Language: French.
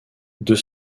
deux